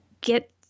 get